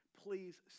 please